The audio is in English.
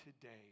today